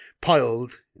piled